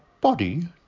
body